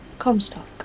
Comstock